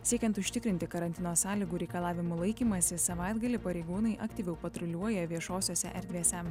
siekiant užtikrinti karantino sąlygų reikalavimų laikymąsi savaitgalį pareigūnai aktyviau patruliuoja viešosiose erdvėse